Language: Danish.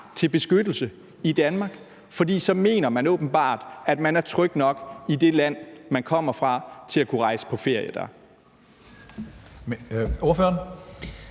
til beskyttelse i Danmark, for så mener man åbenbart, at man er tryg nok i det land, man kommer fra, til at kunne rejse på ferie